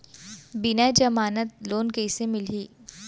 बिना जमानत लोन कइसे मिलही?